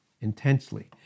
intensely